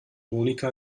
monika